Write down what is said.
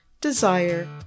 desire